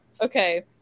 okay